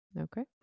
Okay